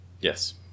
Yes